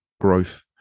growth